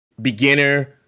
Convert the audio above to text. beginner